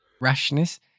rashness